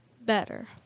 better